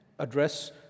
Address